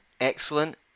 excellent